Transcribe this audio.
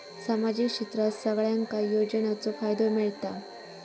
सामाजिक क्षेत्रात सगल्यांका योजनाचो फायदो मेलता?